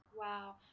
Wow